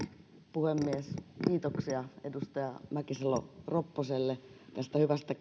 puhemies kiitoksia edustaja mäkisalo ropposelle tästä hyvästä